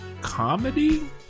comedy